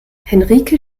henrike